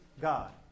God